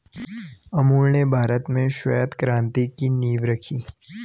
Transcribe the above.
अमूल ने भारत में श्वेत क्रान्ति की नींव रखी